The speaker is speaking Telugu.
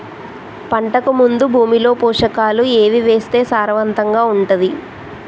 పంటకు ముందు భూమిలో పోషకాలు ఏవి వేస్తే సారవంతంగా ఉంటది?